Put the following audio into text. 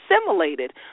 assimilated